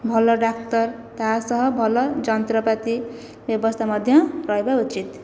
ଭଲ ଡାକ୍ତର ତାହା ସହ ଭଲ ଯନ୍ତ୍ରପାତି ବ୍ୟବସ୍ଥା ମଧ୍ୟ ରହିବା ଉଚିତ୍